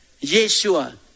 Yeshua